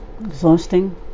exhausting